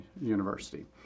university